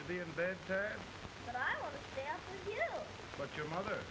to be in bed but your mother